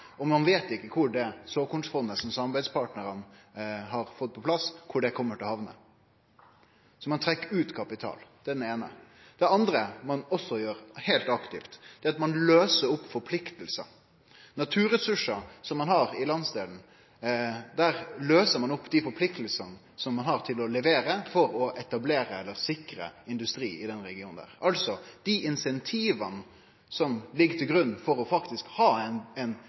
Og ein veit ikkje kvar det såkornsfondet som samarbeidspartnarane har fått på plass, kjem til å hamne. Så ein trekkjer ut kapital. Det er det eine. Det andre ein også gjer – heilt aktivt – er at ein løyser opp forpliktingar. Når det gjeld naturressursar som ein har i landsdelen, løyser ein opp dei forpliktingane som ein har til å levere, for å etablere eller sikre industri i den regionen. Dei incentiva som ligg til grunn for faktisk å ha ein innovativ, framtidsretta industri, tar ein